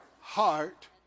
heart